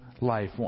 life